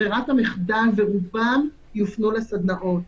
ברירת המחדל שרובם יופנו לסדנאות,